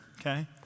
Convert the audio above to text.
okay